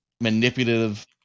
manipulative